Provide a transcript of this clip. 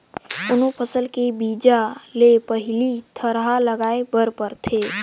कोनो फसल के बीजा ले पहिली थरहा लगाए बर परथे